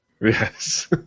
yes